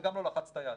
וגם לא לחץ את היד.